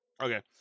okay